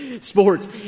sports